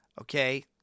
Okay